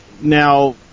Now